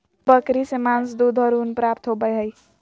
बकरी से मांस, दूध और ऊन प्राप्त होबय हइ